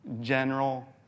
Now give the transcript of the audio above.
general